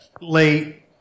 late